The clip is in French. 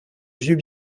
vieux